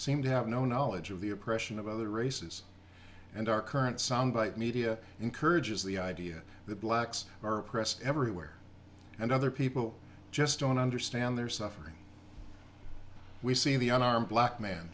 seem to have no knowledge of the oppression of other races and our current sound bite media encourages the idea that blacks are oppressed everywhere and other people just don't understand their suffering we see the unarmed black man